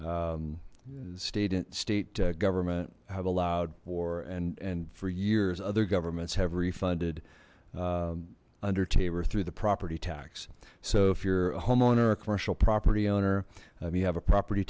stayed in state government have allowed or and and for years other governments have refunded under tabor through the property tax so if you're a homeowner or a commercial property owner you have a property